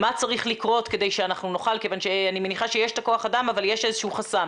אני מניחה שיש את כוח האדם אבל יש איזשהו חסם,